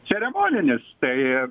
ceremoninis tai